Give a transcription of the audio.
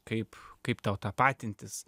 kaip kaip tau tapatintis